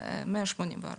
184